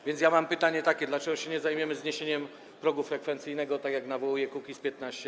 A więc mam pytanie takie: Dlaczego się nie zajmiemy zniesieniem progu frekwencyjnego, tak jak nawołuje Kukiz’15?